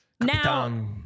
Now